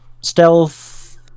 Stealth